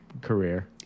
career